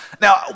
now